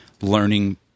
learning